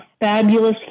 fabulous